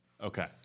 Okay